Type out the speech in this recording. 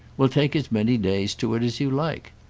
we'll take as many days to it as you like.